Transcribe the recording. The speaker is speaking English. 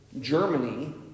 Germany